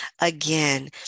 again